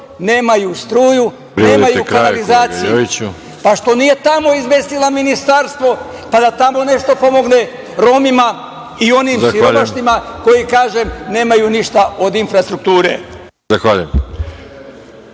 nemaju struju, nemaju kanalizaciju. Pa, što nije tamo izmestila ministarstvo, pa da tamo nešto pomogne Romima i onim siromašnima koji nemaju ništa od infrastrukture?